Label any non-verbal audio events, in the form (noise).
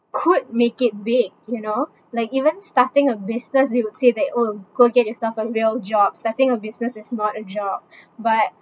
could make it big you know like even starting a business you would say they oh go get yourself a real job starting a business is not a job (breath) but